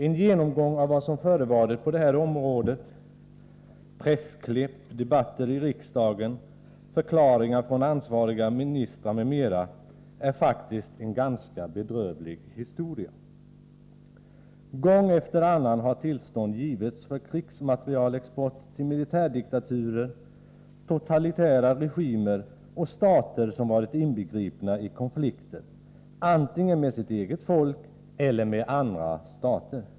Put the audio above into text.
En genomgång av vad som förevarit på det här området — pressklipp, debatter i riksdagen, förklaringar från ansvariga ministrar m.m. — är faktiskt en ganska bedrövlig historia. Gång efter annan har. tillstånd givits för krigsmaterielexport till militärdiktaturer, totalitära regimer och stater som varit inbegripna i konflikter, antingen med sitt eget folk eller med andra stater.